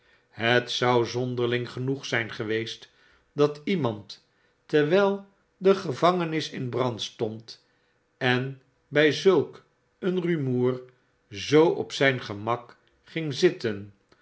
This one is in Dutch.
het zou zonderling genoeg zijn geweest dat iemand terwijl de gevangenis in brand stond en bij zulk een rumoer zoo op zijn ge raak ging zitten